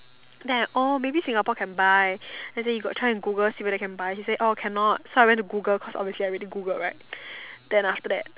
then I oh maybe Singapore can buy then I say you got try and Google see whether can buy she say oh can not so I went to Google cause obviously I already Googled right then after that